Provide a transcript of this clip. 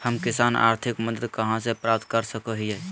हम किसान आर्थिक मदत कहा से प्राप्त कर सको हियय?